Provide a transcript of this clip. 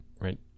Right